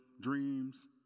dreams